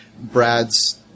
Brad's